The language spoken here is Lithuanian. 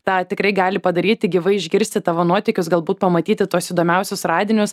tą tikrai gali padaryti gyvai išgirsti tavo nuotykius galbūt pamatyti tuos įdomiausius radinius